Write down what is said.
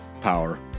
power